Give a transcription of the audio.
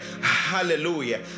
Hallelujah